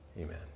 Amen